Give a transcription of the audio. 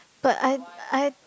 but I I